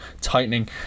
tightening